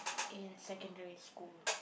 in secondary school